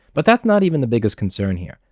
but that's not even the biggest concern here.